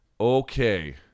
Okay